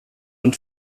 den